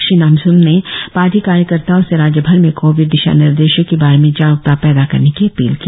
श्री नामच्म ने पार्टी कार्यकर्ताओं से राज्यभर में कोविड दिशानिर्देशों के बारे में जागरुकता पैदा करने की अपील की